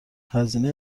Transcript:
هزینه